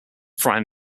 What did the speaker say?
fran